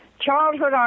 Childhood